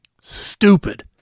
Stupid